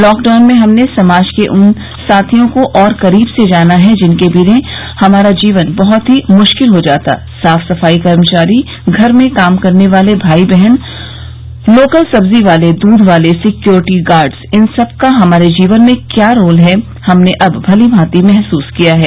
lockdown में हमने समाज के उन साथियों को और करीब से जाना है जिनके बिना हमारा जीवन बहत ही मुश्किल हो जाता सफाई कर्मचारी घर में काम करने वाले भाई बहन लोकल सब्जी वाले दूध वाले सिक्योरिटी गार्ड्स इन सबका हमारे जीवन में क्या रोल है हमने अब भली भांति महसूस किया है